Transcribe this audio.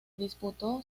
disputó